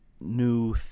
new